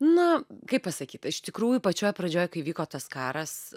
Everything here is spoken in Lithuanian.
na kaip pasakyt iš tikrųjų pačioj pradžioj kai vyko tas karas